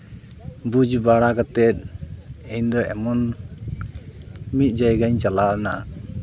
ᱵᱩᱡᱽ ᱵᱟᱲᱟ ᱠᱟᱛᱮ ᱤᱧᱫᱚ ᱮᱢᱚᱱ ᱢᱤᱫ ᱡᱟᱭᱜᱟᱧ ᱪᱟᱞᱟᱣᱱᱟ